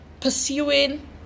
pursuing